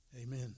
Amen